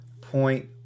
point